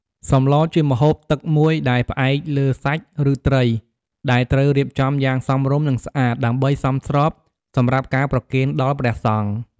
សម្លជាម្ហូបទឹកមួយដែលផ្អែកលើសាច់ ឬត្រី ដែលត្រូវរៀបចំយ៉ាង សមរម្យ និងស្អាត ដើម្បីសមស្របសម្រាប់ការប្រគេនដល់ព្រះសង្ឃ។